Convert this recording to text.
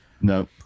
no